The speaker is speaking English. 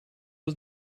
was